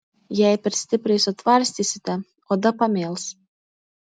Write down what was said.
jei per stipriai sutvarstysite oda pamėls